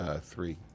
three